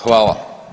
Hvala.